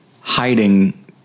hiding